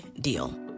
deal